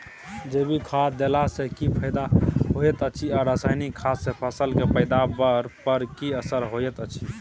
जैविक खाद देला सॅ की फायदा होयत अछि आ रसायनिक खाद सॅ फसल के पैदावार पर की असर होयत अछि?